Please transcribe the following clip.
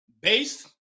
Base